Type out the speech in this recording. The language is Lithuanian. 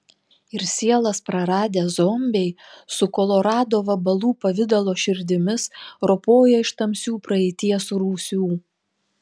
ir sielas praradę zombiai su kolorado vabalų pavidalo širdimis ropoja iš tamsių praeities rūsių